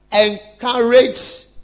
Encourage